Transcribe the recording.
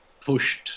pushed